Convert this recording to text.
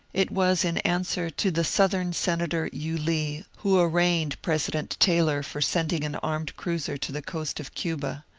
it was in answer to the southern senator yulee, who arraigned president taylor for sending an armed cruiser to the coast of cuba.